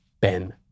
Ben